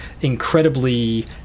incredibly